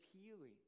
healing